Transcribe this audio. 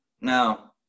now